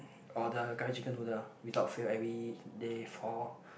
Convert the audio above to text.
or the curry chicken noodle ah without fail everyday for